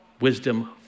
wisdom